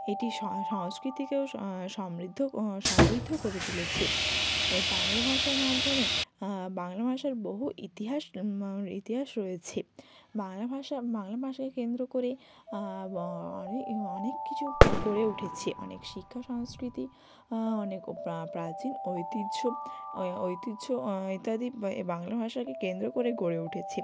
এটি সংস্কৃতিকেও সমৃদ্ধ সমৃদ্ধ করে তুলেছে এই বাংলা ভাষার মাধ্যমে বাংলা ভাষার বহু ইতিহাস ইতিহাস রয়েছে বাংলা ভাষা বাংলা ভাষাকে কেন্দ্র করে আরোই অনেক কিছুও গড়ে উঠেছে অনেক শিক্ষা সংস্কৃতি অনেক প্রাচীন ঐতিহ্য ঐতিহ্য ইত্যাদি এই বাংলা ভাষাকে কেন্দ্র করে গড়ে উঠেছে